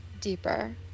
deeper